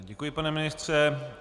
Děkuji, pane ministře.